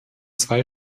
zwei